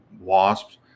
wasps